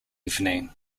evening